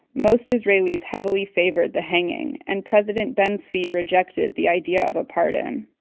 most israelis heavily favored the hanging, and president ben-zvi rejected the idea of a pardon